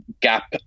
gap